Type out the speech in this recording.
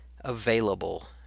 available